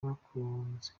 bakunze